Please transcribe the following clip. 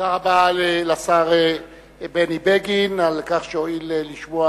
תודה רבה לשר בני בגין על כך שהואיל לשמוע